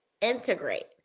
integrate